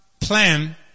plan